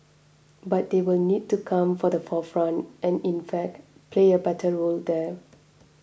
but they will need to come for the forefront and in fact play a better role there